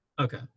Okay